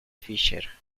fischer